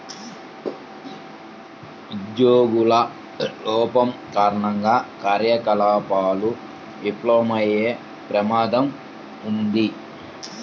ఉద్యోగుల లోపం కారణంగా కార్యకలాపాలు విఫలమయ్యే ప్రమాదం ఉంది